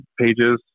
pages